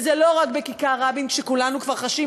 וזה לא רק בכיכר-רבין כשכולנו כבר חשים